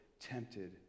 tempted